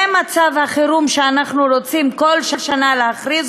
זה מצב החירום שעליו אנחנו רוצים כל שנה להכריז,